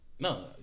No